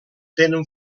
tenen